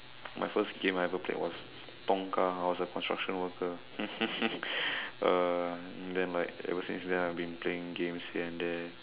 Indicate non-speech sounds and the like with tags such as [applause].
my first game I ever played was Tonga I was a construction worker [laughs] uh and then like ever since then I have been playing games here and there